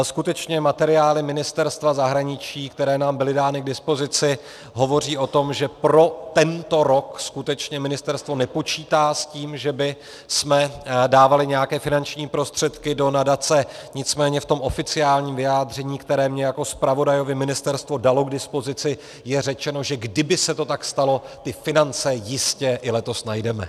Skutečně materiály Ministerstva zahraničí, které nám byly dány k dispozici, hovoří o tom, že pro tento rok skutečně ministerstvo nepočítá s tím, že bychom dávali nějaké finanční prostředky do nadace, nicméně v oficiálním vyjádření, které mně jako zpravodajovi ministerstvo dalo k dispozici, je řečeno, že kdyby se to tak stalo, finance jistě i letos najdeme.